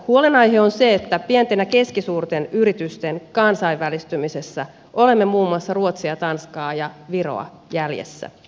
huolenaihe on se että pienten ja keskisuurten yritysten kansainvälistymisessä olemme muun muassa ruotsia tanskaa ja viroa jäljessä